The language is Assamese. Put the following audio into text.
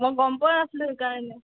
মই গম পোৱা নাছিলোঁ সেইকাৰণে